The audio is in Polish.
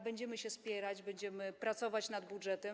Będziemy się spierać, będziemy pracować nad budżetem.